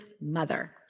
mother